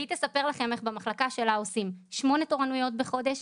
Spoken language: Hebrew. והיא תספר לכם איך במחלקה שלה עושים שמונה תורנויות בחודש.